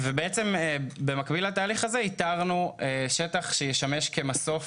במקביל לתהליך הזה איתרנו שטח שישמש כמסוף